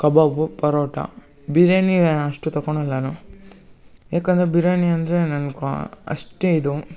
ಕಬಾಬು ಪರೋಟ ಬಿರ್ಯಾನಿ ಅಷ್ಟು ತಕೊಳಲ್ಲ ನಾನು ಯಾಕಂದರೆ ಬಿರ್ಯಾನಿ ಅಂದರೆ ನನ್ಗೆ ಕ್ವಾ ಅಷ್ಟೇ ಇದು